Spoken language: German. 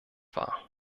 war